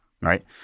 right